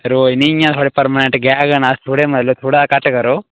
रोज नी इयां थोआढ़े परमानेंट गाह्क न अस थोआढ़े मते ते थोह्ड़ा घट्ट करो